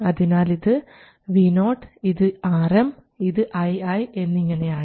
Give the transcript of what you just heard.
അതിനാൽ ഇത് Vo ഇത് Rm ഇത് ii എന്നിങ്ങനെയാണ്